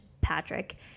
Patrick